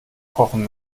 kochen